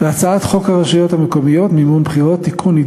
ובהצעת חוק הרשויות המקומיות (מימון בחירות) (תיקון,